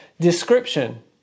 description